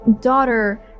daughter